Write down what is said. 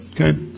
Okay